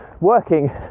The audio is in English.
working